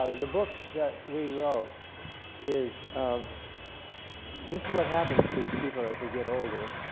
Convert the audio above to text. ah the book that we wrote is um this is what happens to people as they get older,